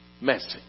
message